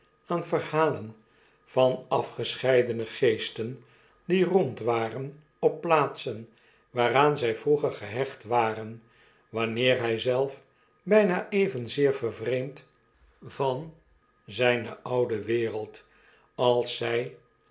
aan verhalen van afgescheidene geesten die rondwaren op plaatsen waaraan zy vroeger gehecht waren wanneer by zelf bijna evenzeer vervreemd van zyne oude wereld als zy